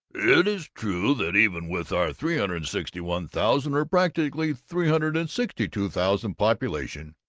it is true that even with our three hundred and sixty one thousand, or practically three hundred and sixty two thousand, population,